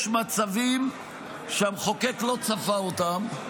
יש מצבים שהמחוקק לא צפה אותם,